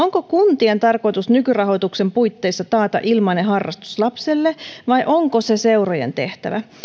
onko kuntien tarkoitus nykyrahoituksen puitteissa taata ilmainen harrastus lapselle vai onko se seurojen tehtävä